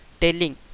telling